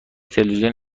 تلویزیون